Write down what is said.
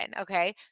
okay